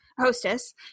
hostess